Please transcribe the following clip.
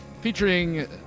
Featuring